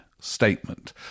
statement